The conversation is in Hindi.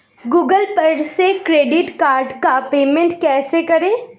गूगल पर से क्रेडिट कार्ड का पेमेंट कैसे करें?